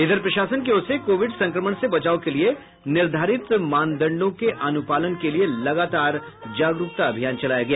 इधर प्रशासन की ओर से कोविड संक्रमण से बचाव के लिए निर्धारित मानदंडों के अनुपालन के लिए लगातार जागरूकता अभियान चलाया गया